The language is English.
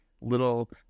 little